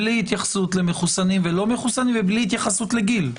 בלי התייחסות למחוסנים או לא מחוסנים ובלי התייחסות לגיל.